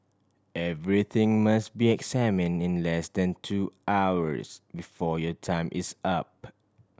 everything must be examine in less than two hours before your time is up